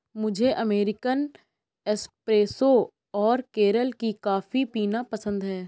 मुझे American espresso और केरल की कॉफी पीना पसंद है